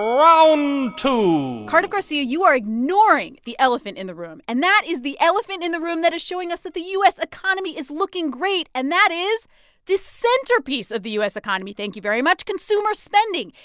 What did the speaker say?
round two cardiff garcia, you are ignoring the elephant in the room, and that is the elephant in the room that is showing us that the u s. economy is looking great. and that is the centerpiece of the u s. economy, thank you very much consumer spending.